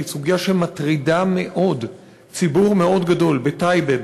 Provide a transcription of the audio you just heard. סוגיה שמטרידה מאוד ציבור מאוד גדול בטייבה,